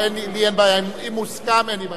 אם הוסכם, אין לי בעיה.